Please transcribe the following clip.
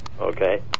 okay